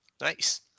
Nice